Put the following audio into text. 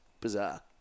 Bizarre